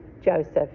Joseph